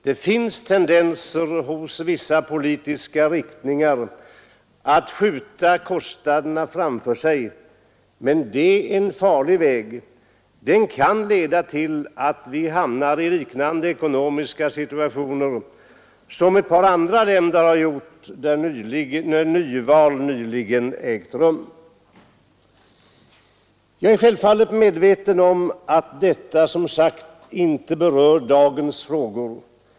Det finns tendenser hos vissa politiska riktningar att skjuta kostnaderna framför sig. Det är en farlig väg — den kan leda till att vi hamnar i samma ekonomiska situation som ett par andra länder där nyval nyligen ägt rum. Jag är som sagt medveten om att detta inte berör dagens frågor.